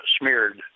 smeared